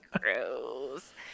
Gross